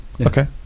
Okay